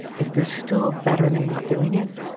is this still better than not doing it?